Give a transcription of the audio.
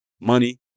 money